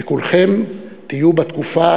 וכולכם תהיו בתקופה